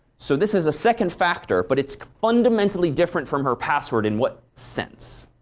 so this is a second factor, but it's fundamentally different from her password in what sense?